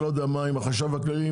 לא יודע מה עם החשב הכללי,